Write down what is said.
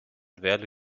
werle